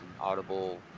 audible